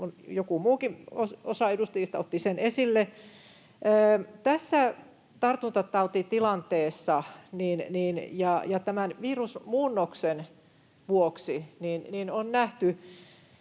joku muukin, osa edustajista otti sen esille. Tässä tartuntatautitilanteessa ja virusmuunnoksen vuoksi on nähty